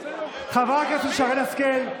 חברות הכנסת שרן השכל,